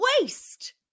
Waste